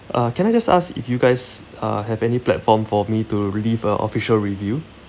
uh can I just ask if you guys uh have any platform for me to relieve a official review